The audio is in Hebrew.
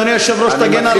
אדוני היושב-ראש, תגן עלי.